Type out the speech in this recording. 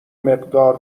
مقدار